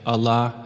Allah